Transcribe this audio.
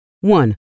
One